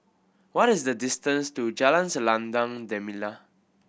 what is the distance to Jalan Selendang Delima